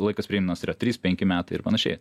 laikas priimtinas yra trys penki metai ir panašiai